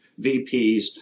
VPs